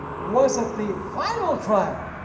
was it the final trial?